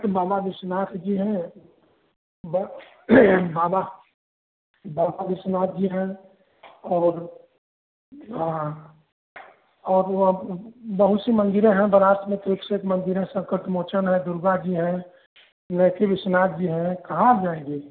तो बाबा विश्वनाथ जी हैं बस बाबा बाबा विश्वनाथ जी हैं और हाँ और वह बहुत सी मंदिरें हैं बनारस में तो एक से एक मंदिर हैं संकट मोचन है दुर्गा जी हैं नेथी विश्वनाथ जी हैं कहाँ आप जाएँगी